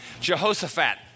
Jehoshaphat